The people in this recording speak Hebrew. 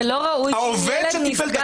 העובד שטיפל --- ולא ראוי שאם ילד נפגע במוסד,